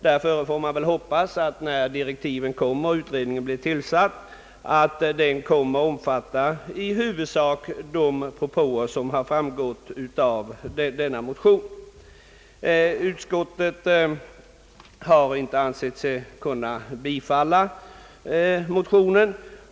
Därför får man väl hoppas att utredningen, när direktiven har givits och utredningen har blivit tillsatt, kommer att omfatta i huvudsak de propåer som framgår av denna motion. Bankoutskottet har inte ansett sig kunna yrka bifall till motionen.